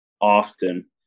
often